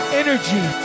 energy